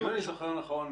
אם אני זוכר נכון,